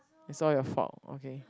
it's all your fault okay